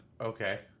okay